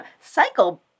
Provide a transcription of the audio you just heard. Cycle